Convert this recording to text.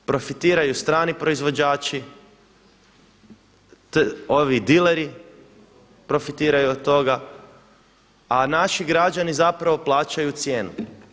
Profitiraju strani proizvođači, ovi dileri profitiraju od toga, a naši građani zapravo plaćaju cijenu.